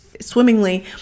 swimmingly